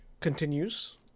continues